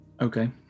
Okay